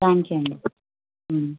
thank you అండి